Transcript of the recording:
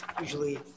usually